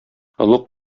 олуг